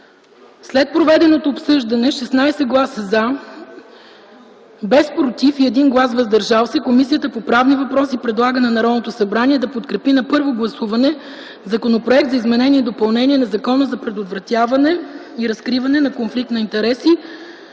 След проведеното обсъждане с 16 гласа „за”, без „против” и 1 „въздържал се”, Комисията по правни въпроси предлага на Народното събрание да подкрепи на първо гласуване Законопроект за изменение и допълнение на Закона за предотвратяване и разкриване на конфликт на интереси,